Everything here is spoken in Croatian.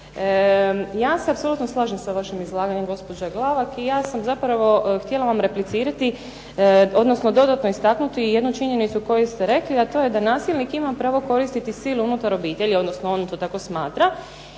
Ja se potpuno slažem sa vašim izlaganjem gospođo Glavak i ja sam htjela zapravo replicirati, dodatno istaknuti jednu činjenicu koju ste rekli, a to je da nasilnik ima pravo koristiti silu unutar obitelji, on to tako smatra